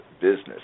business